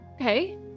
Okay